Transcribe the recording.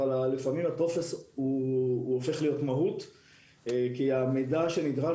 לפעמים הטופס הופך להיות מהות כי המידע שנדרש